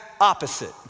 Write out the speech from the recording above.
opposite